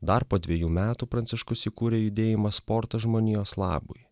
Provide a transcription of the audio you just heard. dar po dviejų metų pranciškus įkūrė judėjimą sportas žmonijos labui